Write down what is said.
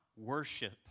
worship